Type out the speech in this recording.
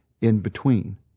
in-between